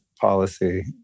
policy